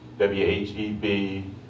W-H-E-B